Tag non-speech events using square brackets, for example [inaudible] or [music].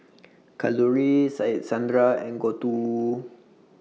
Kalluri [unintelligible] Sandra and Gouthu